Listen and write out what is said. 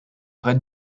red